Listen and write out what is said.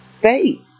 Faith